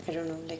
I don't know like